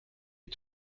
est